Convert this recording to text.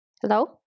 Hello